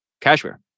cashmere